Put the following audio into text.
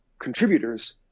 contributors